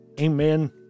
Amen